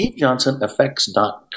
stevejohnsonfx.com